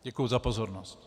Děkuji za pozornost.